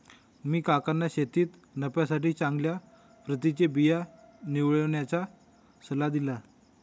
मी काकांना शेतीत नफ्यासाठी चांगल्या प्रतीचे बिया निवडण्याचा सल्ला दिला